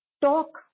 talk